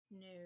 no